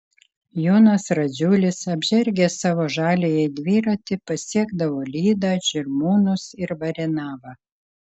jonas radziulis apžergęs savo žaliąjį dviratį pasiekdavo lydą žirmūnus ir varenavą